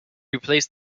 replaced